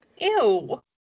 Ew